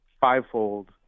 fivefold